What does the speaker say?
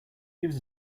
gives